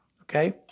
Okay